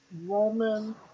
Roman